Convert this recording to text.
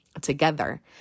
together